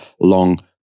long